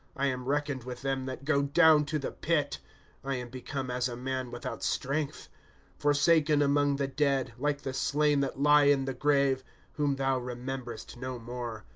i am reckoned with them that go down to the pit i am become as a man without strength forsaken among the dead, like the slain that lie in the grave whom thou rememberest no more,